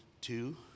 two